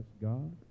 God